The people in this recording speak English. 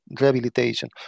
rehabilitation